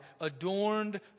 adorned